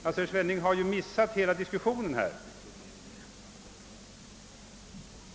Herr Svenning har ju missat hela meningen med den diskussion vi här för.